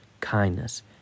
kindness